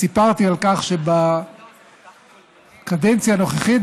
סיפרתי על כך שבקדנציה הנוכחית,